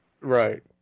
Right